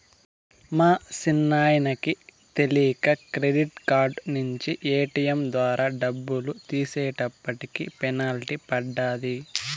మా సిన్నాయనకి తెలీక క్రెడిట్ కార్డు నించి ఏటియం ద్వారా డబ్బులు తీసేటప్పటికి పెనల్టీ పడ్డాది